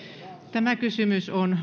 on